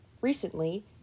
recently